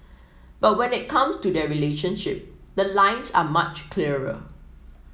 but when it comes to their relationship the lines are much clearer